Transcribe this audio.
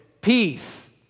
peace